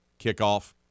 kickoff